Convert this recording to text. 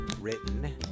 written